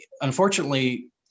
Unfortunately